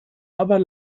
aber